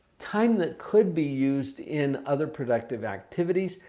time that could be used in other productive activities.